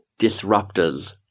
disruptors